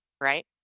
right